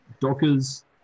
Dockers